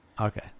okay